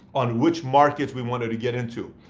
on which markets we wanted to get into.